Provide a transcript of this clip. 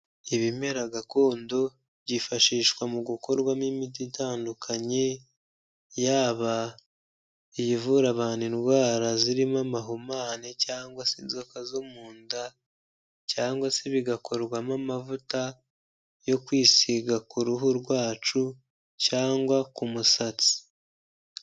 Ibimera gakondo byifashishwa mu gukorwamo imiti itandukanye, yaba iyi ivura abantu indwara zirimo amahumane cyangwa se inzoka zo mu nda cyangwa se bigakorwamo amavuta yo kwisiga ku ruhu rwacu cyangwa ku musatsi.